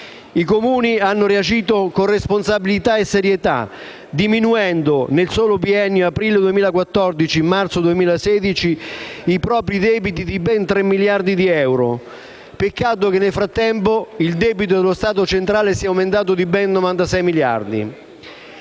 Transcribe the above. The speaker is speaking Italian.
I Comuni hanno reagito con responsabilità e serietà, diminuendo nel solo biennio compreso tra l'aprile del 2014 e il marzo del 2016 i propri debiti di ben 3 miliardi di euro. Peccato che, nel frattempo, il debito dello Stato centrale sia aumentato di ben 96 miliardi